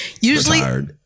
Usually